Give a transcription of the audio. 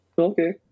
Okay